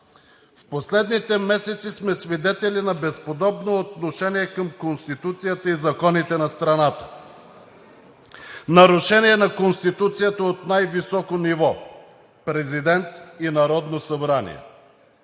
В последните месеци сме свидетели на безподобно отношение към Конституцията и законите на страната. Нарушение на Конституцията от най-високо ниво – президент и Народно събрание.